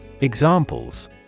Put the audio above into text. Examples